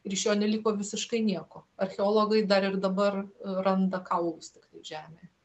ir iš jo neliko visiškai nieko archeologai dar ir dabar randa kaulus tiktai žemėje